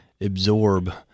absorb